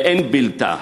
ואין בלתה.